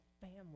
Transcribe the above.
family